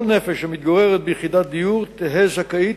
כל נפש המתגוררת ביחידת דיור תהיה זכאית